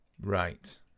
Right